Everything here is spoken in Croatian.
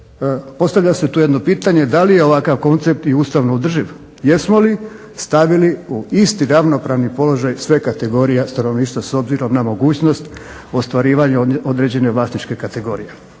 postavlja se tu jedno pitanje da li je ovakav koncept i ustavno održiv? Jesmo li stavili u isti ravnopravni položaj sve kategorije stanovništva s obzirom na mogućnost ostvarivanja određene vlasničke kategorije.